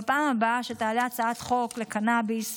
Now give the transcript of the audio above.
בפעם הבאה שתעלה הצעת חוק לקנביס,